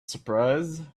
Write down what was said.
surprise